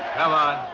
come on.